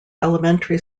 elementary